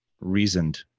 reasoned